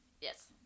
Yes